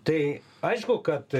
tai aišku kad